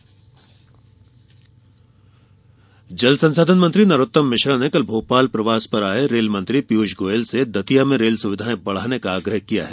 rail मांग जल संसाधन मंत्री नरोत्तम मिश्रा ने कल भोपाल प्रवास पर आये रेलमंत्री पीयूष गोयल से दतिया में रेल सुविधाएं बढ़ाने का आग्रह किया है